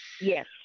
Yes